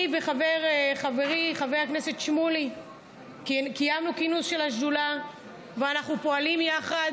אני וחברי חבר הכנסת שמולי קיימנו כינוס של השדולה ואנחנו פועלים יחד.